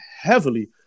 heavily